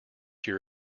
your